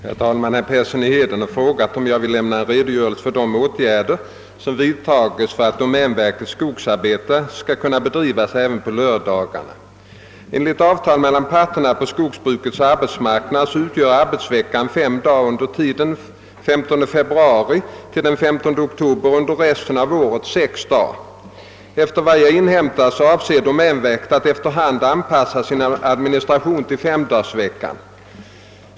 Herr talman! Herr Persson i Heden har frågat om jag vill lämna en redo görelse för de åtgärder som vidtagits för att domänverkets skogsarbeten skall kunna bedrivas även på lördagarna. Enligt avtal mellan parterna på skogsbrukets arbetsmarknad utgör arbetsveckan fem dagar under tiden den 15 februari—den 15 oktober och under resten av året sex dagar. Efter vad jag inhämtat avser domänverket att efter hand anpassa sin administration till femdagarsvecka.